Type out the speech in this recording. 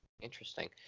interesting